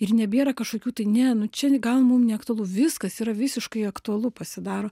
ir nebėra kažkokių tai ne nu čia gal mum neaktualu viskas yra visiškai aktualu pasidaro